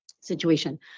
situation